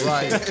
Right